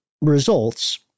results